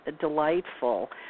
delightful